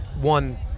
one